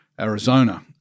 Arizona